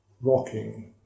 rocking